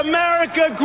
America